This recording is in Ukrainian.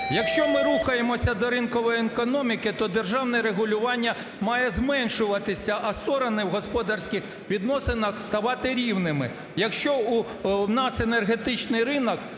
Якщо ми рухаємося до ринкової економіки, то державне регулювання має зменшуватися, а сторони в господарських відносинах ставати рівними. Якщо в нас енергетичний ринок,